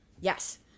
Yes